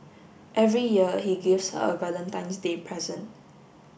every year he gives her a Valentine's Day present